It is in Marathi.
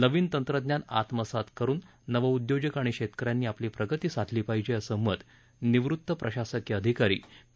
नवीन तंत्रज्ञान आत्मसात करून नवउदयोजक आणि शेतकऱ्यांनी आपली प्रगती साधली पाहिजे असं मत निवृत्त प्रशासकीय अधिकारी पी